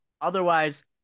otherwise